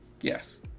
Yes